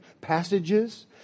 passages